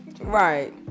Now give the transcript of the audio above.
Right